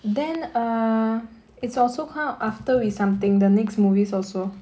then err it's also how after we something the next movies also